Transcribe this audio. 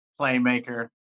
playmaker